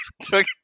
took